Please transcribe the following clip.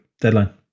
deadline